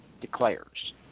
declares